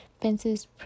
fences